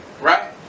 right